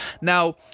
Now